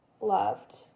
loved